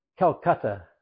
Calcutta